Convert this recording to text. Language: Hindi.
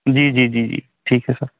जी जी जी जी ठीक है सर